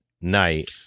night